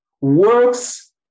works